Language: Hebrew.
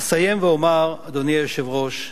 אסיים ואומר, אדוני היושב-ראש,